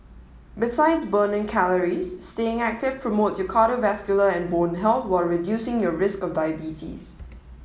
besides burning calories staying active promotes cardiovascular and bone health while reducing your risk of diabetes